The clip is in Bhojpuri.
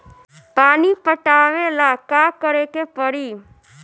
पानी पटावेला का करे के परी?